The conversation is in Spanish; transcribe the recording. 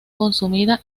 consumida